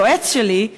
היועץ שלי,